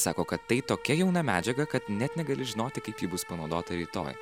sako kad tai tokia jauna medžiaga kad net negali žinoti kaip ji bus panaudota rytoj